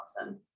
Awesome